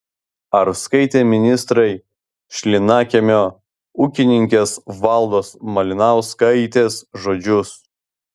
ar skaitė ministrai šlynakiemio ūkininkės valdos malinauskaitės žodžius